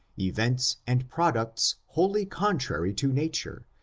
events and pro ducts wholly contrary to nature,